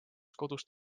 kodust